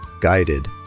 guided